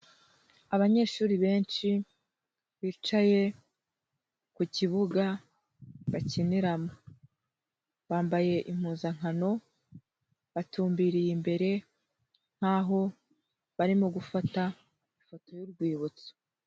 Abanyeshuri benshi bicaye ku kibuga bakiniramo, bambaye impuzankano, batumbiriye imbere nk'aho barimo gufata ifoto y'urwibutso.